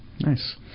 Nice